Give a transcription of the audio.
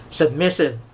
submissive